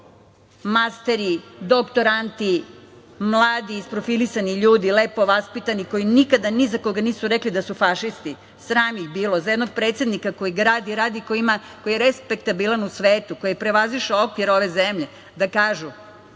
masteri, doktoranti, mladi isprofilisani ljudi, lepo vaspitani, koji nikada ni za koga nisu rekli da su fašisti. Sram ih bilo. Za jednog predsednika koji gradi, radi, koji je respektabilan u svetu, koji je prevazišao okvire ove zemlje da kažu